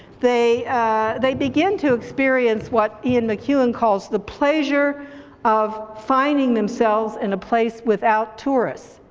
they they begin to experience what ian mcewan calls the pleasure of finding themselves in a place without tourists,